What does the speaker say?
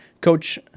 Coach